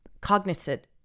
cognizant